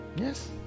yes